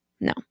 no